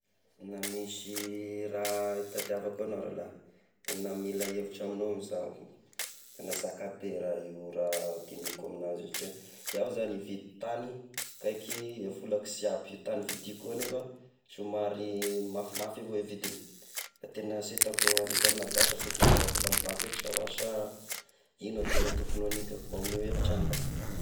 Na misy raha itadiavako agnao rahalahy, tegna mila hevitra amignao izaho, tegna zaka be io raha raha digniko amignazy io satria iaho zany ividy tany kaiky a vola sy ampy tagny vidiko agnefa somary mafimafy avao e vidigny, ah tegna sy hitako agniko amignazy, bansa tokogny angala vola amy banky eky sa hoa sa igno tena tokony agniko eo, mba omeo hevitra aho nda.